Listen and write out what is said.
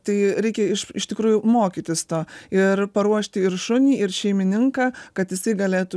tai reikia iš tikrųjų mokytis to ir paruošti ir šunį ir šeimininką kad jisai galėtų